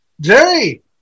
Jerry